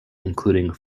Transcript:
including